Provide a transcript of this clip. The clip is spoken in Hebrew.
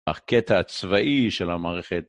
אך קטע הצבאי של המערכת.